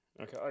okay